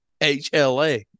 HLA